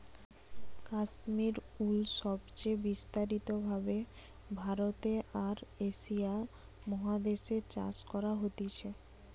কাশ্মীর উল সবচে বিস্তারিত ভাবে ভারতে আর এশিয়া মহাদেশ এ চাষ করা হতিছে